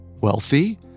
Wealthy